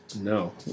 No